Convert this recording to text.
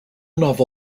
novel